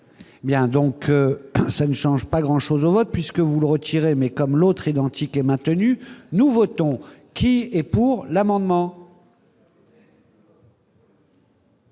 Bien, donc ça ne change pas grand chose au vote puisque vous le retirez mais comme l'autre identité maintenu, nous votons, qui est pour l'amendement.